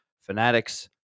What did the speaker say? fanatics